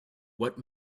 what